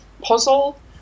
puzzle